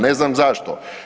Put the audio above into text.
Ne znam zašto.